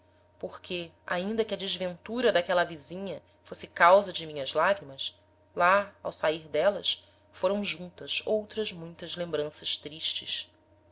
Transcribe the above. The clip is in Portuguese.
porque ainda que a desventura d'aquela avezinha fosse causa de minhas lagrimas lá ao sair d'elas foram juntas outras muitas lembranças tristes